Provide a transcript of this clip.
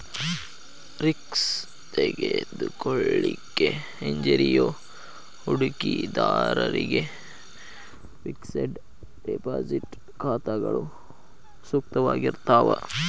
risk ತೆಗೆದುಕೊಳ್ಳಿಕ್ಕೆ ಹಿಂಜರಿಯೋ ಹೂಡಿಕಿದಾರ್ರಿಗೆ ಫಿಕ್ಸೆಡ್ ಡೆಪಾಸಿಟ್ ಖಾತಾಗಳು ಸೂಕ್ತವಾಗಿರ್ತಾವ